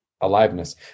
aliveness